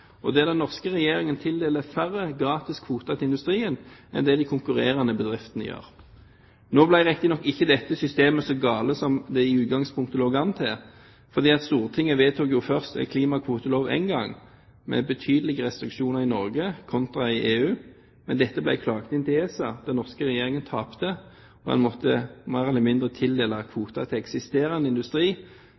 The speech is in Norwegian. til industrien. Den norske regjeringen tildeler færre gratis kvoter til industrien enn det de konkurrerende bedriftene gjør. Nå ble riktig nok ikke dette systemet så galt som det i utgangspunktet lå an til å bli, fordi Stortinget vedtok først klimakvotelov én gang, med betydelige restriksjoner i Norge kontra i EU, men dette ble klaget inn til ESA. Den norske regjeringen tapte, og måtte mer eller mindre tildele kvoter til eksisterende industri